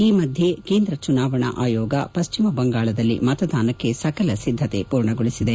ಈ ಮಧ್ಲೆ ಕೇಂದ್ರ ಚುನಾವಣಾ ಆಯೋಗ ಪಶ್ಲಿಮ ಬಂಗಾಳದಲ್ಲಿ ಮತದಾನಕ್ಕೆ ಸಕಲ ಸಿದ್ದತೆ ಪೂರ್ಣಗೊಳಿಸಿದೆ